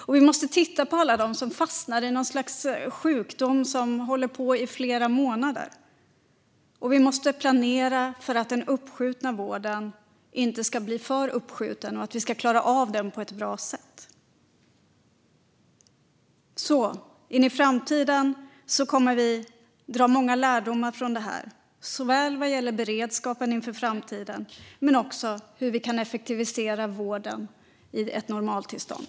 Vi måste också titta på alla dem som fastnar i något slags sjukdom som håller på i flera månader, och vi måste planera för att den uppskjutna vården inte ska bli för uppskjuten och för att vi ska klara av den på ett bra sätt. I framtiden kommer vi att dra många lärdomar av detta, såväl vad gäller beredskapen som vad gäller hur vi kan effektivisera vården i ett normaltillstånd.